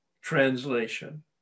translation